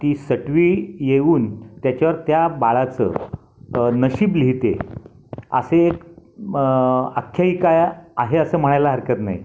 ती सटवी येऊन त्याच्यावर त्या बाळाचं नशीब लिहिते असे एक आख्यायिका आहे असं म्हणायला हरकत नाही